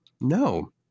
No